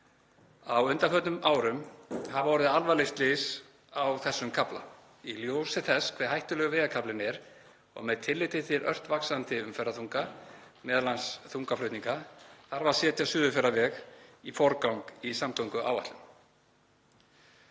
Á undanförnum árum hafa orðið alvarleg slys á þessum kafla. Í ljósi þess hve hættulegur vegarkaflinn er og með tilliti til ört vaxandi umferðarþunga, m.a. þungaflutninga, þarf að setja Suðurfjarðaveg í forgang í samgönguáætlun.“